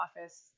office